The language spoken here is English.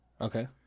Okay